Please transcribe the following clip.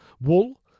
wool